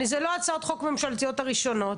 אלה לא הצעות החוק הממשלתיות הראשונות,